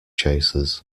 chasers